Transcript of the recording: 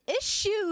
issues